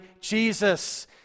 Jesus